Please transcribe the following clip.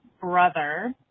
brother